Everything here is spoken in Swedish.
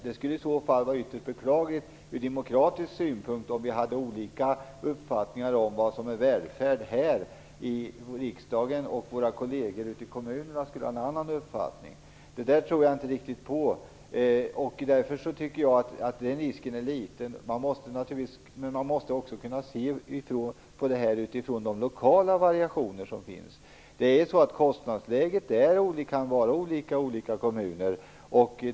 Det skulle vara ytterst beklagligt ur demokratisk synpunkt om vi här i riksdagen hade en uppfattning om vad som är välfärd och våra kolleger ute i kommunerna hade en annan. Det där tror jag inte riktigt på. Därför tycker jag att den risken är liten. Men man måste kunna se på det här problemet utifrån de lokala variationer som finns. Kostnadsläget kan vara olika i olika kommuner.